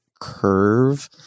curve